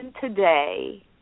today